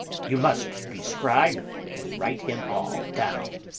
you must be scribe and write him all down,